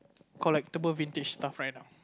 collectible vintage stuffs right now